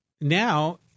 now